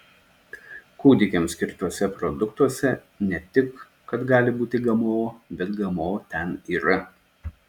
kūdikiams skirtuose produktuose ne tik kad gali būti gmo bet gmo ten yra